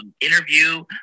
interview